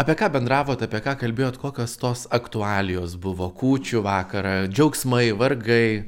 apie ką bendravot apie ką kalbėjot kokios tos aktualijos buvo kūčių vakarą džiaugsmai vargai